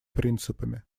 принципами